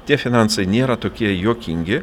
tie finansai nėra tokie juokingi